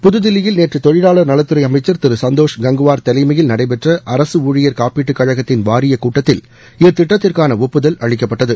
புதுதில்லியில் நேற்று தொழிலாளா் நலத்துறை அமைச்சா் திரு சந்தோஷ் கங்குவாா் தலைமையில் நடைபெற்ற அரசு ஊழியர் காப்பீட்டுக் கழகத்தின் வாரியக் கூட்டத்தில் இத்திட்டத்திற்கான ஒப்புதல் அளிக்கப்பட்டது